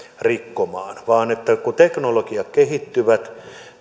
rikkomaan kun teknologiat kehittyvät